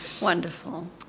wonderful